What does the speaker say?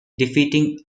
defeating